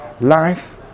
life